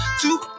two